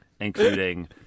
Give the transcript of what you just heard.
including